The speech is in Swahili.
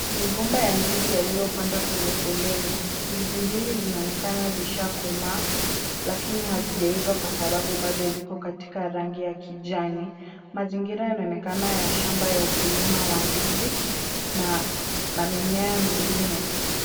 Migomba ya ndizi yaliyopandwa kwenye foleni. Ndizi mbili zinaonekana zishakomaa lakini hazijaiva kwa sababu bado ziko katika rangi ya kijani. Mazingira yanaonekana ya shamba ya ukulima wa ndizi na mimea mingine.